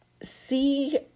see